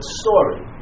story